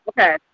Okay